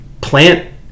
plant